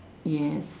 yes